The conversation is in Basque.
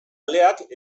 aleak